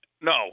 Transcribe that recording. No